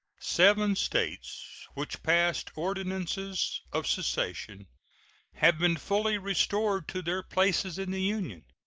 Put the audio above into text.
seven states which passed ordinances of secession have been fully restored to their places in the union.